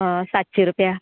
सातशीं रुपया